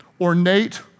ornate